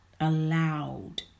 allowed